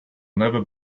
never